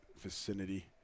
vicinity